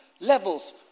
levels